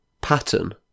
pattern